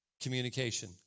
Communication